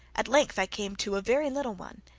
at length i came to a very little one,